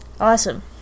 Awesome